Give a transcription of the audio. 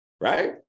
Right